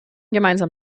gemeinsam